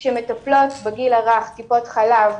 הדמויות שמטפלות בגיל הרך טיפות חלב,